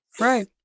Right